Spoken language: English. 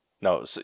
no